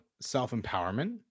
self-empowerment